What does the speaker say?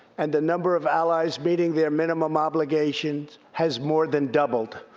and the number of allies meeting their minimum obligations has more than doubled.